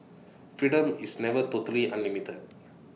freedom is never totally unlimited